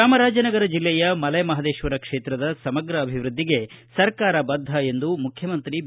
ಚಾಮರಾಜನಗರ ಜಿಲ್ಲೆಯ ಮಲೆಮಹದೇಶ್ವರ ಕ್ಷೇತ್ರದ ಸಮಗ್ರ ಅಭಿವೃದ್ಧಿಗೆ ಸರ್ಕಾರ ಬದ್ಧ ಎಂದು ಮುಖ್ಯಮಂತ್ರಿ ಬಿ